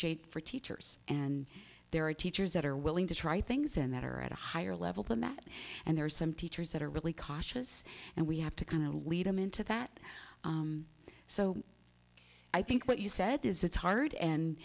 te for teachers and there are teachers that are willing to try things in that are at a higher level than that and there are some teachers that are really cautious and we have to kind of lead him into that so i think what you said is it's hard and